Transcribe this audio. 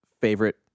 favorite